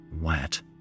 wet